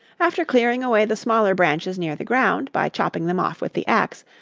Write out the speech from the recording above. after clearing away the smaller branches near the ground, by chopping them off with the axe,